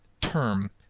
term